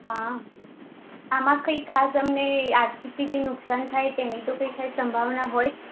હા આમા કંઈ ખાસ અમને આર્થિક રીતે નુકસાન તેની તો કઈ સાઈડ સંભાવના હોય